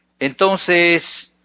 Entonces